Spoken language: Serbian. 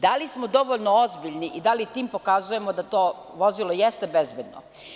Da li smo dovoljno ozbiljni i da li time pokazujemo da to vozilo jeste bezbedno?